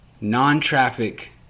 non-traffic